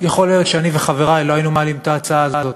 יכול להיות שאני וחברי לא היינו מעלים את ההצעה הזאת.